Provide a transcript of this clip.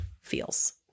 feels